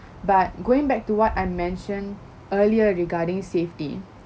but going back to what I mentioned earlier regarding safety